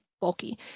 bulky